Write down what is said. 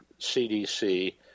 CDC